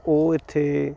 ਉਹ ਇੱਥੇ